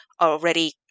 already